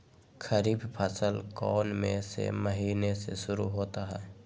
खरीफ फसल कौन में से महीने से शुरू होता है?